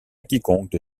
quiconque